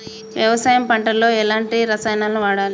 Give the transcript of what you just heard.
వ్యవసాయం పంట లో ఎలాంటి రసాయనాలను వాడాలి?